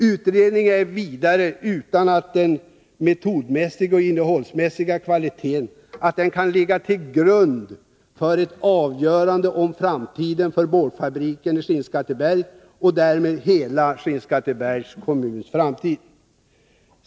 Utredningen är vidare inte av den metodmässiga och innehållsmässiga kvaliteten att den kan läggas till grund för ett avgörande om framtiden för boardfabriken i Skinnskatteberg och därmed hela Skinnskattebergs kommuns framtid.